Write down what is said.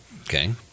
Okay